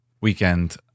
weekend